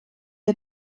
ihr